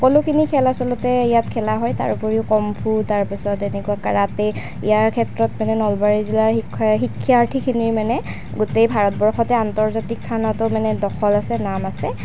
সকলোখিনি খেল আচলতে ইয়াত খেলা হয় তাৰোপৰিও কমফো তাৰপিছত এনেকুৱা কাৰাটে ইয়াৰ ক্ষেত্ৰত নলবাৰী জিলাৰ শিক্ষ শিক্ষাৰ্থীখিনিৰ মানে গোটেই ভাৰতবৰ্ষতে আন্তৰ্জাতিক স্থানতো মানে দখল আছে নাম আছে